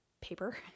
paper